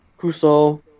Cuso